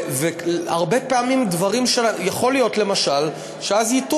הרבה פעמים יכול להיות למשל שאז ייטו